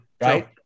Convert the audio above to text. right